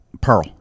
Pearl